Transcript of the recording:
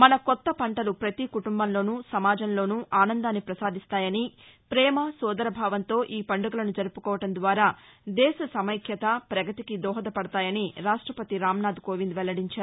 మన కొత్త పంటలు పతి కుటుంబంలోనూ సమాజంలోనూ ఆనందాన్ని పసాదిస్తాయని పేమ సోదరభావంతో ఈ పండుగలను జరుపుకోవడం ద్వారా దేశ సమైక్యత ప్రగతికి దోహదపడతాయని రాష్టపతి రాంనాథ్ కోవింద్ వెల్లడించారు